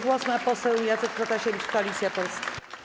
Głos ma poseł Jacek Protasiewicz, Koalicja Polska.